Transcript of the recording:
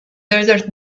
desert